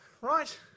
right